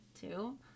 two